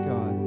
God